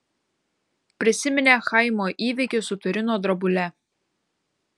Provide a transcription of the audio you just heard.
prisiminė chaimo įvykį su turino drobule